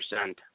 percent